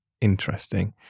interesting